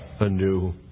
anew